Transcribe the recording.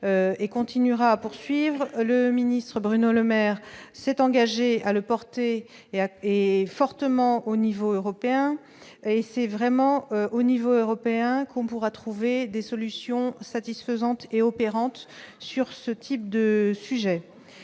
et continuera à poursuivre le ministre Bruno Le Maire s'est engagé à le porter et à et fortement au niveau européen et c'est vraiment au niveau européen qu'on pourra trouver des solutions satisfaisantes et opérante sur ce type de sujet